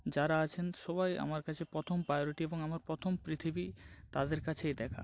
যারা আছেন সবাই আমার কাছে প্রথম প্রায়োরিটি এবং আমার প্রথম পৃথিবী তাদের কাছেই দেখা